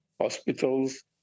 hospitals